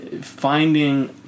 finding